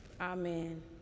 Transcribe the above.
Amen